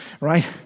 right